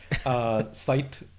site